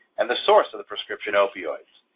and the source of the prescription opioids.